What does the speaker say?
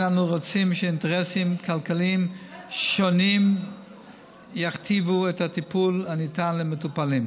אנו רוצים שאינטרסים כלכליים שונים יכתיבו את הטיפול הניתן למטופלים.